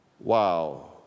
Wow